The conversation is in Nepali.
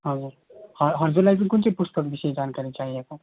हजुर ह हजुरलाई चाहिँ कुन चाहिँ पुस्तक विषय जानकारी चाहिएको